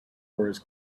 wars